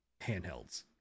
handhelds